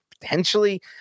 potentially